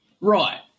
Right